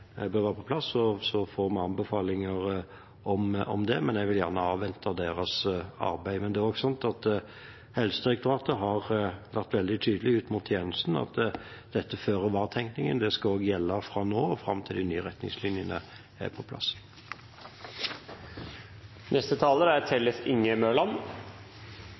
bør være på plass, får vi anbefalinger om det, men jeg vil gjerne avvente deres arbeid. Helsedirektoratet har vært veldig tydelig overfor tjenesten på at denne føre-var-tenkningen skal gjelde fra nå og fram til de nye retningslinjene er på plass. Spørsmålet om retningslinjer for gravide som får LAR-behandling, er